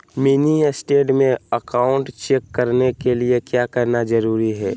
Mini state में account check करने के लिए क्या क्या जरूरी है?